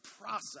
process